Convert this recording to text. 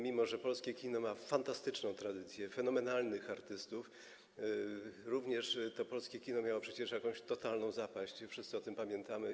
Mimo że polskie kino ma fantastyczną tradycję, fenomenalnych artystów, również to polskie kino miało przecież jakąś totalną zapaść i wszyscy o tym pamiętamy.